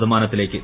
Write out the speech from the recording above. ശതമാനത്തിലേയ്ക്ക്